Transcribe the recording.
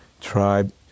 tribe